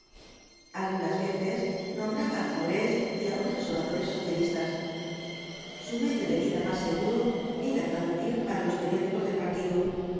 algunas veces nombraba á jaurés y á otros oradores socialistas su medio de vida más seguro era traducir para los periódicos del partido